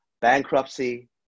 bankruptcy